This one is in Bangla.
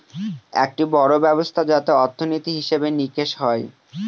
একটি বড়ো ব্যবস্থা যাতে অর্থনীতি, হিসেব নিকেশ হয়